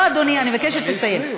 לא, אדוני, אני מבקשת לסיים.